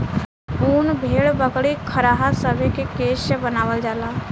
उन भेड़, बकरी, खरहा सभे के केश से बनावल जाला